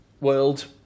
world